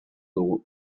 dugu